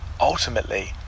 ultimately